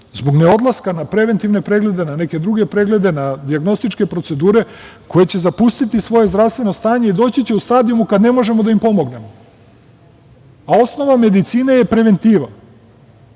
zbog neodlaska na preventivne preglede, na neke druge preglede, na dijagnostičke procedure, koji će zapustiti svoje zdravstveno stanje i doći će u stadijum kada ne možemo da im pomognemo, a osnova medicine je preventiva